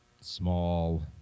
small